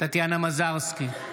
טטיאנה מזרסקי,